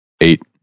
Eight